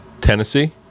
Tennessee